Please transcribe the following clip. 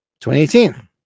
2018